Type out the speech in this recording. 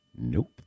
Nope